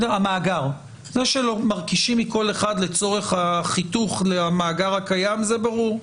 זה שלא מרכישים מכל אחד לצורך החיתוך למאגר הקיים זה ברור,